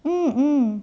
mm